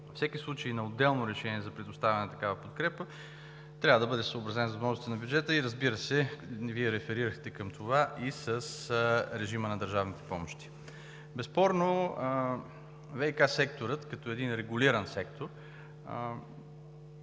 Всеки случай на отделно решение за предоставяне на такава подкрепа трябва да бъде съобразен с възможностите на бюджета и, разбира се, Вие реферирахте към това, и с режима на държавните помощи. Безспорно ВиК секторът, като един регулиран сектор,